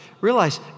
Realize